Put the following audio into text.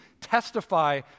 testify